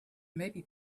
maybe